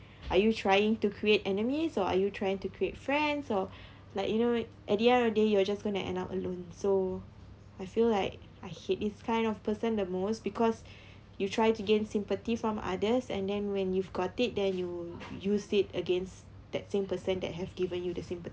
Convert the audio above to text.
are you trying to create enemies or are you trying to create friends or like you know at the end of the day you're just going to end up alone so I feel like I hate this kind of person the most because you try to gain sympathy from others and then when you've got it then you use it against that same person that have given you the sympathy